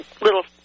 little